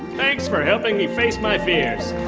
thanks for helping me face my fears